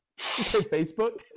Facebook